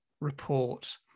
report